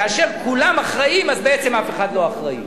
כאשר כולם אחראים אז אף אחד לא אחראי.